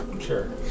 Sure